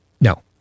No